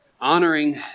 Honoring